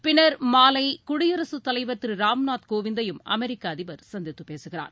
பின்னர் மாலை குடியரசுத் தலைவர் திரு ராம்நாத் கோவிந்தையும் அமெரிக்க அதிபர் சந்தித்து பேசுகிறார்